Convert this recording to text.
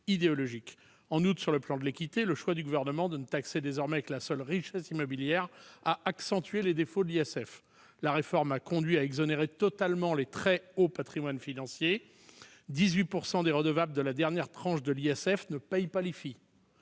En outre, sur le plan de l'équité, le choix du Gouvernement de ne taxer désormais que la seule richesse immobilière a accentué les défauts de l'ISF. La réforme a conduit à exonérer totalement de très hauts patrimoines financiers- 18 % des redevables de la dernière tranche de l'ISF ne payent pas l'IFI